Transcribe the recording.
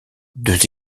deux